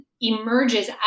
emerges